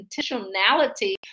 intentionality